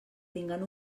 tinguen